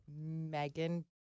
Megan